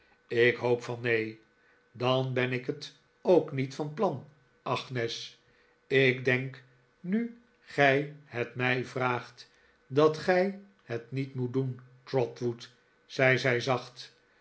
ik hoop van neeh dan ben ik het ook niet van plan agnes ik denk nu gij het mij vraagt dat gij het niet moet doen trotwood zei zij zacht